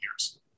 years